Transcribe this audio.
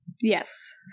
Yes